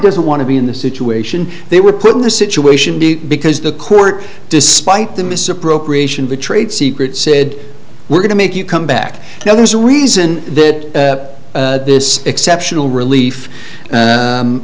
doesn't want to be in the situation they were put in the situation because the court despite the misappropriation of the trade secret said we're going to make you come back now there's a reason that this exceptional relief